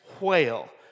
whale